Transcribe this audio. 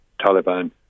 Taliban